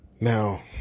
Now